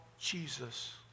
Jesus